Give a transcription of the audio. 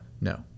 No